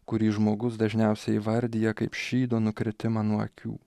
kurį žmogus dažniausiai įvardija kaip šydo nukritimą nuo akių